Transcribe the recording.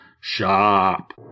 shop